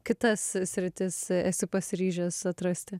kitas sritis esi pasiryžęs atrasti